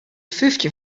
fyftjin